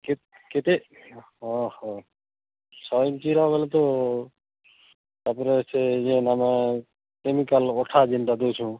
କେ କେତେ ଅ ହ ଶହେ ଇଞ୍ଚିର ବୋଲେ ତ ତା'ପରେ ସେ ଯେନ୍ ଆମେ କେମିକାଲ୍ ଅଠା ଯେନ୍ଟା ଦଉଛୁଁ